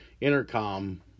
intercom